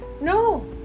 No